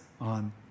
on